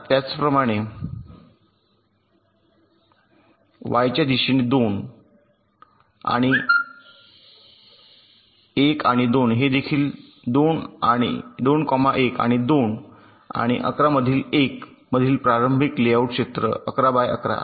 त्याचप्रमाणे y च्या दिशेने २ १ आणि २ येथे देखील २ १ आणि २आणि 11 मधील 1 मधील प्रारंभिक लेआउट क्षेत्र 11 बाय 11 आहे